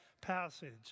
passage